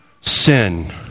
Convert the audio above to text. sin